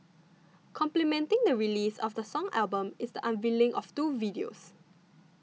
complementing the release of the song album is the unveiling of two videos